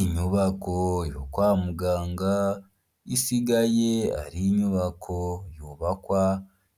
Inyubako yo kwa muganga isigaye ari inyubako yubakwa